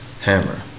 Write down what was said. Hammer